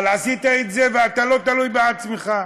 אבל עשית את זה ואתה לא תלוי בעצמך.